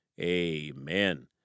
amen